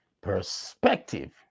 perspective